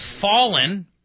fallen